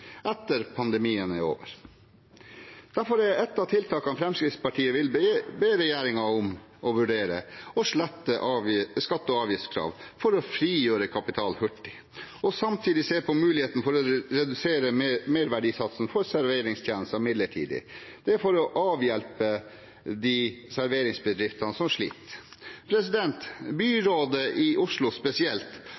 etter at pandemien er over. Derfor er et av tiltakene Fremskrittspartiet vil be regjeringen vurdere, å slette skatte- og avgiftskrav for å frigjøre kapital hurtig, og samtidig se på muligheten for å redusere merverdisatsen for serveringstjenester midlertidig. Det er for å avhjelpe de serveringsbedriftene som sliter.